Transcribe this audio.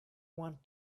want